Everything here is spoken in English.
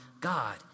God